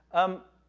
um,